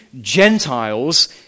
Gentiles